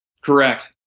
Correct